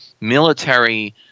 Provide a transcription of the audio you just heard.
military